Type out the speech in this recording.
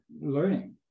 learning